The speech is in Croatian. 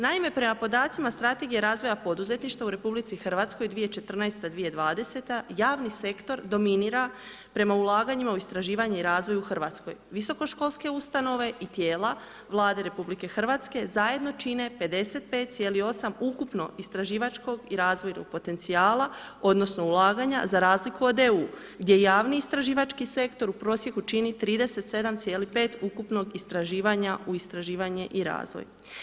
Naime prema podacima strategije razvoja poduzetništva u RH 2014. 2020. javni sektor dominira prema ulaganjima u istraživanje i razvoj u Hrvatskoj. visokoškolske ustanove i tijela Vlade RH zajedno čine 55,8 ukupno istraživačkog i razvojnog potencijala, odnosno ulaganja za razliku od EU gdje javni istraživački sektor u prosjeku čini 37,5 ukupnog istraživanja u istraživanje i razvoj.